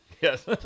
Yes